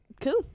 Cool